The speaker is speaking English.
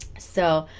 so